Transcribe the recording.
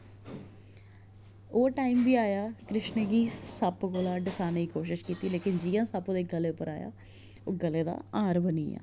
ओह् टाइम बी आया कृष्ण गी सप्प कोला डसाने दी कोशिश कीती लेकिन जि'यां सप्प ओह्दे गले उप्पर आया ओह् गल्ले दा हार बनी गेआ